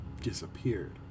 disappeared